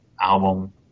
album